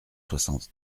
soixante